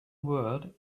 word